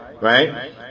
right